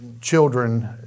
children